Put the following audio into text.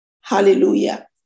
Hallelujah